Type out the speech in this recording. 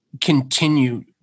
continue